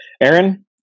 Aaron